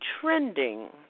trending